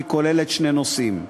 והיא כוללת שני נושאים: